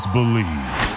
Believe